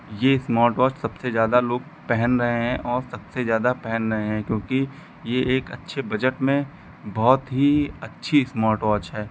यह इस्मार्टवाच सबसे ज़्यादा लोग पहन रहे हैं और सबसे ज़्यादा पहन रहें है क्योंकि यह एक अच्छे बजट में बहुत ही अच्छी इस्मार्टवाच है